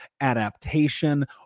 adaptation